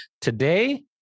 Today